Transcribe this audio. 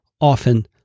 often